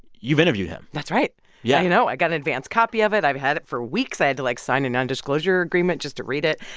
you've interviewed him that's right yeah i you know. i got an advance copy of it. i've had it for weeks. i had to, like, sign a nondisclosure agreement just to read it.